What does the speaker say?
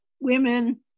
women